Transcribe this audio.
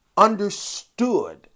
understood